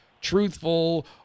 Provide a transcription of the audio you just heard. truthful